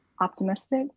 optimistic